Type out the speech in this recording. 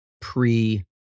pre